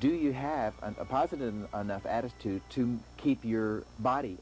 do you have a positive attitude to keep your body